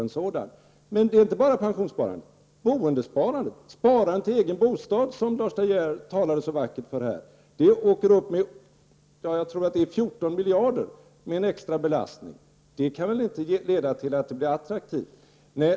Det handlar emellertid inte bara om pensionssparandet. När det gäller boendesparandet — sparandet till en egen bostad, som Lars De Geer här så vackert talade för — blir det 14 miljarder i extra belastning. Det är väl inte en attraktiv lösning.